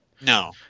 No